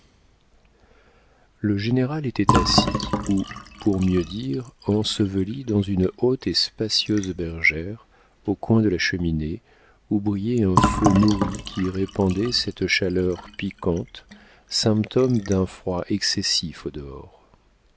le général était assis ou pour mieux dire enseveli dans une haute et spacieuse bergère au coin de la cheminée où brillait un feu nourri qui répandait cette chaleur piquante symptôme d'un froid excessif au dehors